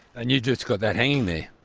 and you've just got that hanging there?